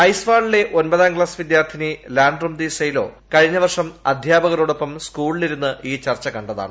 ഐസ്വാളിലെ ഒമ്പതാം ക്ലാസ് വിദ്യാർത്ഥിനി ലാ്ൻ റംറുതി സെയ്ലോ കഴിഞ്ഞ വർഷം അധ്യാപകരോടൊപ്പം സ്കൂളിലിരുന്ന് ഈ ചർച്ച കണ്ടതാണ്